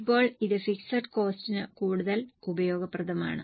ഇപ്പോൾ ഇത് ഫിക്സഡ് കോസ്റ്റിനു കൂടുതൽ ഉപയോഗപ്രദമാണ്